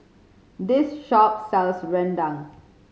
this shop sells rendang